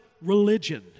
religion